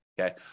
Okay